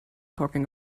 talking